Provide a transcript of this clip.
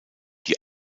die